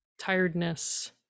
tiredness